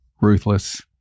Ruthless